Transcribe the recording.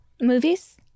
Movies